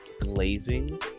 glazing